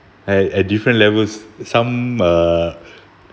at at different levels some uh